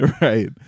right